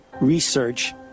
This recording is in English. research